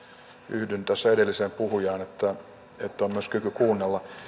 yhdyn tässä edelliseen puhujaan että on myös kyky kuunnella